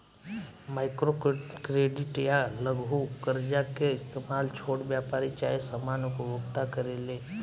micro credit या लघु कर्जा के इस्तमाल छोट व्यापारी चाहे सामान्य उपभोक्ता करेले